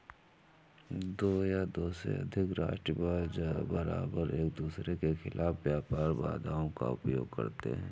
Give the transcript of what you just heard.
दो या दो से अधिक राष्ट्र बारबार एकदूसरे के खिलाफ व्यापार बाधाओं का उपयोग करते हैं